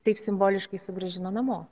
taip simboliškai sugrąžino namo